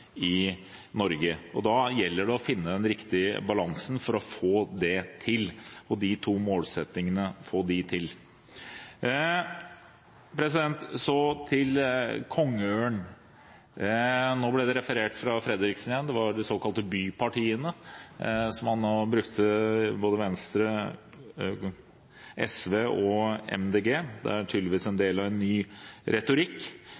i Norge. Da gjelder det å finne den riktige balansen for å få til disse to målsettingene. Så til kongeørn: Nå ble det fra Fredriksen igjen referert til de såkalte bypartiene – Venstre, Sosialistisk Venstreparti og Miljøpartiet De Grønne. Det er tydeligvis en del av en ny retorikk.